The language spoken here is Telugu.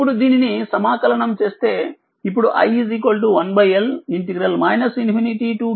ఇప్పుడు దీనిని సమాకలనం చేస్తే ఇప్పుడుi1L tv dt ఇది సమీకరణం22